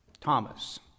Thomas